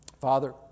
Father